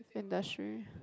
industry